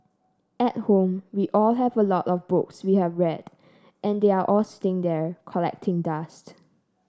at home we all have a lot of books we have read and they are all sitting there collecting dust